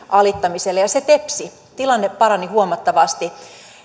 alittamiselle ja se tepsi tilanne parani huomattavasti